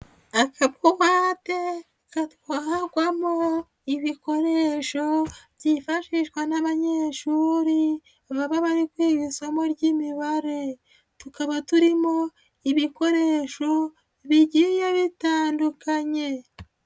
Akabuwate gatwarwamo ibikoresho byifashishwa n'abanyeshuri baba bari ku iri isomo ry'Imibare, tukaba turimo ibikoresho bigiye bitandukanye.